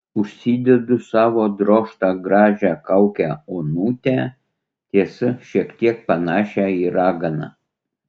užsidedu savo drožtą gražią kaukę onutę tiesa šiek tiek panašią į raganą